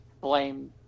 blame